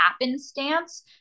happenstance